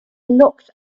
locked